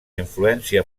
influència